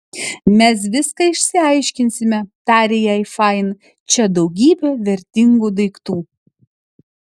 mes viską išsiaiškinsime tarė jai fain čia daugybė vertingų daiktų